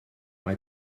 mae